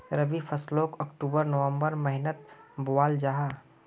रबी फस्लोक October November महिनात बोआल जाहा